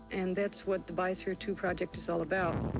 and that's what the biosphere two project is all about.